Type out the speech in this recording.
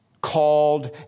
called